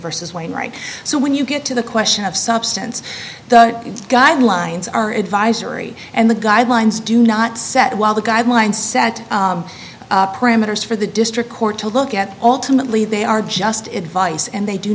versus wainwright so when you get to the question of substance the guidelines are advisory and the guidelines do not set while the guidelines set parameters for the district court to look at all timidly they are just advice and they do